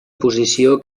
posició